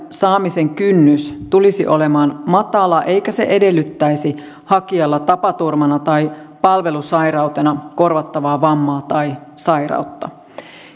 saamisen kynnys tulisi olemaan matala eikä se edellyttäisi hakijalla tapaturmana tai palvelussairautena korvattavaa vammaa tai sairautta